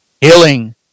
healing